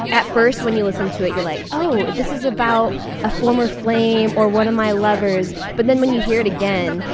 at first when you listen to it, you're like, oh, this is about a former flame or one of my lovers. but then when you hear it again,